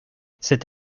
cette